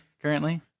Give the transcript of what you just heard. currently